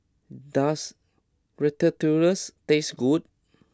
does Ratatouille's taste good